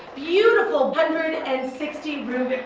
you know hundred and sixty room